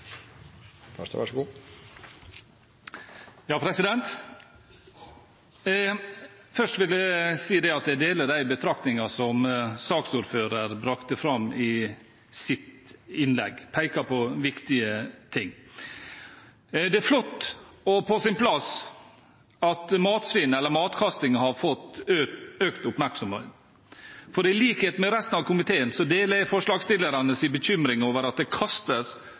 Først vil jeg si at jeg deler de betraktningene som saksordføreren brakte fram i sitt innlegg, der han pekte på viktige ting. Det er flott og på sin plass at matsvinn, eller matkasting, har fått økt oppmerksomhet, for i likhet med resten av komiteen deler jeg forslagsstillernes bekymring over at det kastes